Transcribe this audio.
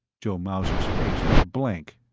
joe mauser's face was blank.